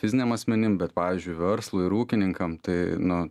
fiziniam asmenim bet pavyzdžiui verslui ir ūkininkam tai nu